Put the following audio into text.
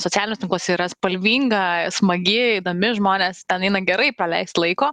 socialiniuose tinkluose yra spalvinga smagi įdomi žmonės ten eina gerai praleist laiko